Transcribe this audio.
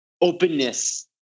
openness